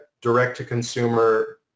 direct-to-consumer